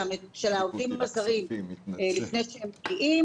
העובדים הזרים לפני שהם מגיעים.